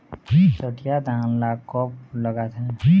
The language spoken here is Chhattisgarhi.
सठिया धान ला कब लगाथें?